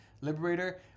Liberator